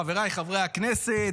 חבריי חברי הכנסת,